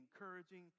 encouraging